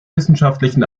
wissenschaftlichen